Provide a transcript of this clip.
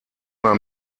mehr